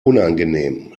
unangenehm